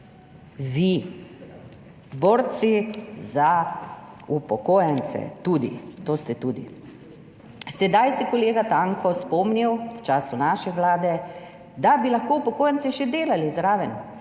Vi. Borci za upokojence. Tudi to ste. Sedaj se je kolega Tanko spomnil, v času naše vlade, da bi lahko upokojenci še delali zraven.